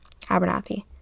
Abernathy